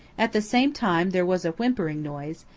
at the same time there was a whimpering noise,